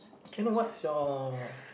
can I know what's your